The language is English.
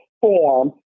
form